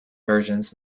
versions